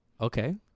Okay